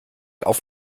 auf